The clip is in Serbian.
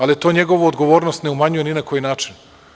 Ali, to njegovu odgovornost ne umanjuje ni na koji način.